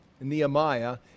nehemiah